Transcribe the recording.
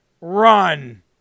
run